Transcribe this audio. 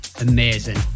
amazing